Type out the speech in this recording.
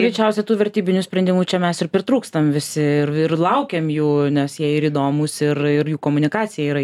greičiausia tų vertybinių sprendimų čia mes ir pritrūkstam visi ir ir laukiam jų nes jie ir įdomūs ir ir jų komunikacija yra